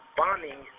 bombing